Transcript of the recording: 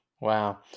Wow